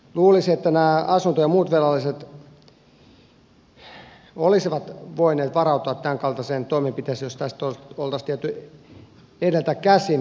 luulisi että nämä asunto ja muut velalliset olisivat voineet varautua tämänkaltaiseen toimenpiteeseen kuten neuvottelemalla sopimuksensa uudelleen jos tästä olisi tiedetty edeltä käsin